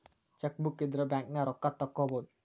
chequebook ಇದ್ರ ಬ್ಯಾಂಕ್ನ್ಯಾಗ ರೊಕ್ಕಾ ತೊಕ್ಕೋಬಹುದು